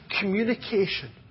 communication